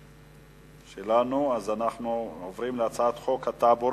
התקבלה, והיא תועבר, כמובן, להכנתה לקריאה